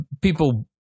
people